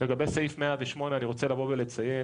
לגבי סעיף 108 אני רוצה לבוא ולציין,